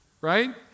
right